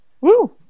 Woo